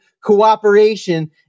cooperation